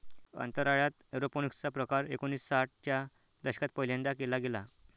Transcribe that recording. अंतराळात एरोपोनिक्स चा प्रकार एकोणिसाठ च्या दशकात पहिल्यांदा केला गेला